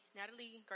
Natalie